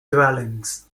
dwellings